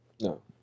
No